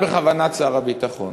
היא שאלה, האם בכוונת שר הביטחון,